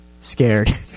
scared